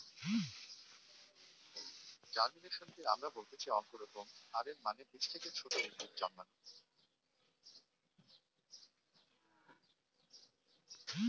জার্মিনেশনকে আমরা বলতেছি অঙ্কুরোদ্গম, আর এর মানে বীজ থেকে ছোট উদ্ভিদ জন্মানো